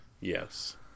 yes